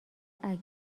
اکتیو